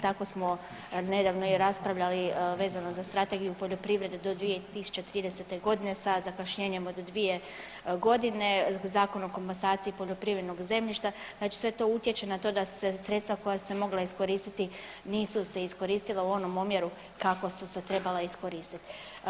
Tako smo nedavno i raspravljali vezano za strategiju poljoprivrede do 2030. godine sa zakašnjenjem od 2 godine, Zakon o komasaciji poljoprivrednog zemljišta, znači sve to utječe na to da su se sredstva koja su se mogla iskoristiti nisu se iskoristila u onom omjeru kako su se trebala iskoristiti.